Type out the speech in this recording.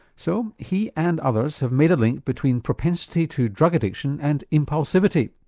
so he and others have made a link between propensity to drug addiction and impulsivity.